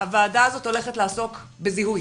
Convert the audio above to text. הוועדה הזאת הולכת לעסוק בזיהוי